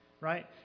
right